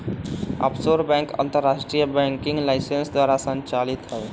offshore bank अंतरराष्ट्रीय banking licence द्वारा संचालित हइ